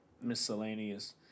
miscellaneous